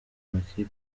amakipe